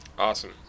awesome